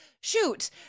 shoot